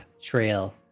trail